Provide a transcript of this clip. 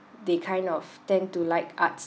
they kind of tend to like arts